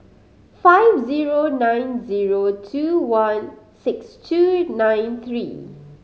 five zero nine zero two one six two nine three